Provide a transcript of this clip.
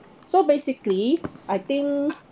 so basically I think